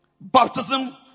baptism